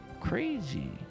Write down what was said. crazy